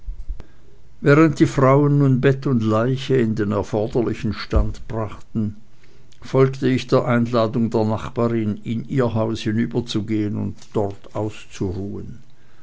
während die frauen nun bett und leiche in den erforderlichen stand brachten folgte ich der einladung der nachbarin in ihr haus hinüberzugehen und dort auszuruhen